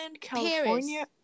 California